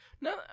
No